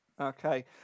Okay